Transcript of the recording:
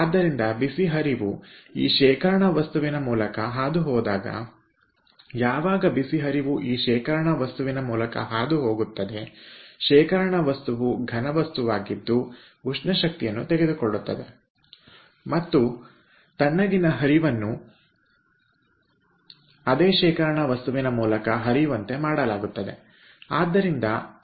ಆದ್ದರಿಂದ ಬಿಸಿ ಹರಿವು ಈ ಶೇಖರಣಾ ವಸ್ತುವಿನ ಮೂಲಕ ಹಾದುಹೋದಾಗ ಯಾವಾಗ ಬಿಸಿ ಹರಿವು ಈ ಶೇಖರಣಾ ವಸ್ತುವಿನ ಮೂಲಕ ಹಾದುಹೋಗುತ್ತದೆ ಶೇಖರಣ ವಸ್ತುವು ಘನ ವಸ್ತುವಾಗಿದ್ದು ಉಷ್ಣ ಶಕ್ತಿಯನ್ನು ತೆಗೆದುಕೊಳ್ಳುತ್ತದೆ ಮತ್ತು ತಣ್ಣಗಿನ ಹರಿವನ್ನು ಅದೇ ಶೇಖರಣಾ ವಸ್ತುವಿನ ಮೂಲಕ ಹರಿಯುವಂತೆ ಮಾಡಲಾಗುತ್ತದೆ